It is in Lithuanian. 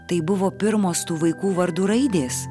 tai buvo pirmos tų vaikų vardų raidės